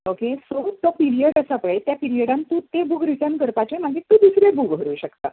okay so जो period आसा पय त्या पिर्यडान तूं ते बुक रिटर्न करपाचे मागीर तूं दुसरे बुक व्हरूंक शकता